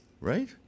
Right